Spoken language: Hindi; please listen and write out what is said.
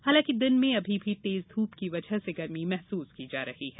हालांकि दिन में अभी भी तेज ध्रप की वजह से गर्मी महसूस की जा रही है